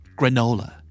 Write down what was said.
granola